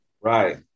Right